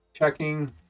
checking